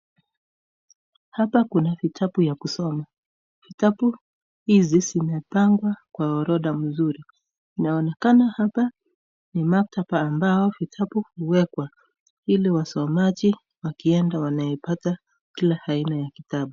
Hapa kuna vitabu ya kusoma. Vitabu hizi vimepangwa kwa orodha mzuri. Inaonekana hapa ni maktaba ambao vitabu huwekwa ili wasomaji wakienda wanaipata kila aina ya vitabu.